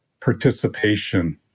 participation